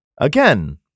again